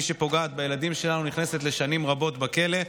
מי שפוגעת בילדים שלנו נכנסת לשנים רבות לכלא,